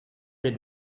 sit